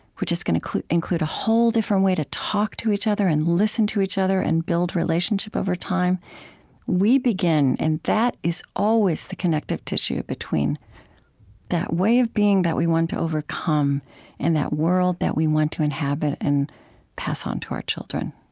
which is going to include a whole different way to talk to each other and listen to each other and build relationship over time we begin, and that is always the connective tissue between that way of being that we want to overcome and that world that we want to inhabit and pass on to our children